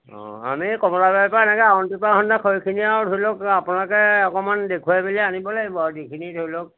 অঁ আমি কমলাবাৰীৰ পৰা এনেকে আৰু ধৰি লওক আপোনালোকে অকমান দেখুৱাই মেলি আনিব লাগিব আৰু যিখিনি ধৰি লওক